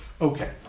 Okay